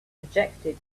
projected